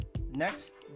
Next